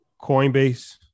Coinbase